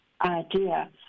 idea